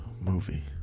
movie